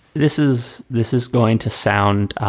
this is this is going to sound